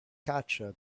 catcher